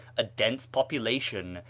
a dense population,